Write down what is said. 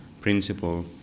principle